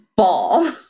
ball